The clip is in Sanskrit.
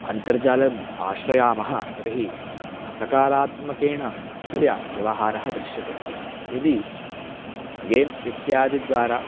अन्तर्जालम् आश्रयामः तर्हि सकारात्मकतेन तस्य व्यवहारः दृश्यते यदि गेम् इत्यादिद्वारा